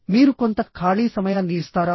మీరు కొంత ఖాళీ సమయాన్ని ఇస్తారా